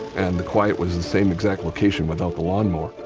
and the quiet was the same exact location without the lawnmower.